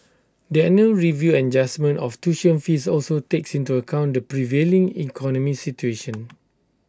the annual review and adjustment of tuition fees also takes into account the prevailing economic situation